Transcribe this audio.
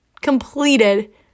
completed